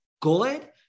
good